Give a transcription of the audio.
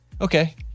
Okay